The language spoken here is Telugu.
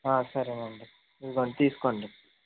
సరే అండి ఇదిగోండి తీసుకోండి